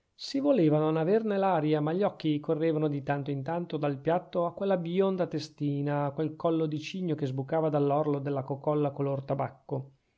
si voleva non averne l'aria ma gli occhi correvano di tanto in tanto dal piatto a quella bionda testina a quel collo di cigno che sbucava dall'orlo della cocolla color di tabacco